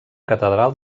catedral